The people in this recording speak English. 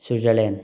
Switzerland